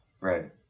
Right